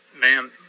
Ma'am